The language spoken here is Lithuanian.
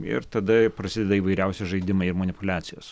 ir tada prasideda įvairiausi žaidimai ir manipuliacijos